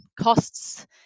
costs